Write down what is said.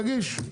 תגיש.